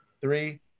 Three